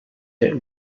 der